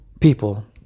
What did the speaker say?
People